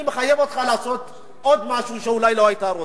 אני מחייב אותך לעשות עוד משהו שאולי לא היית רוצה.